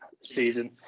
season